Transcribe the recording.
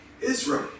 Israel